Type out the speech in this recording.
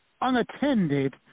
unattended